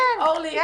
כן.